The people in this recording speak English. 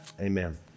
Amen